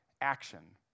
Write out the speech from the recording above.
action